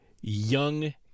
young